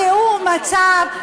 תיאור מצב,